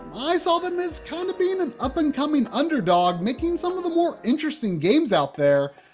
i saw them as kinda being an up-and-coming underdog making some of the more interesting games out there,